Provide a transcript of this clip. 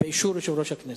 באישור יושב-ראש הכנסת.